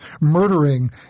murdering